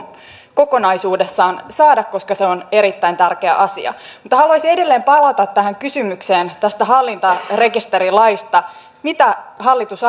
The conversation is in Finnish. kokonaisuudessaan saada koska se on erittäin tärkeä asia mutta haluaisin edelleen palata tähän kysymykseen tästä hallintarekisterilaista mitä hallitus